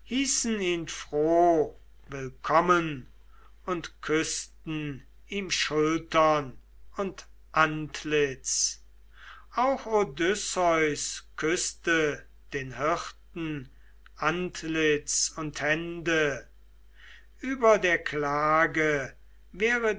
ihn froh willkommen und küßten ihm schultern und antlitz auch odysseus küßte den hirten antlitz und hände über der klage wäre